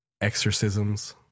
Exorcisms